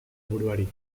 buruari